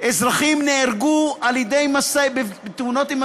אזרחים נהרגו על-ידי משאיות.